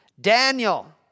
Daniel